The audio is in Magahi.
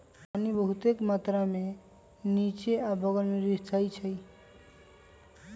पानी बहुतेक मात्रा में निच्चे आ बगल में रिसअई छई